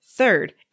Third